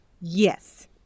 Yes